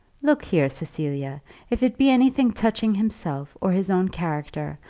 look here, cecilia if it be anything touching himself or his own character,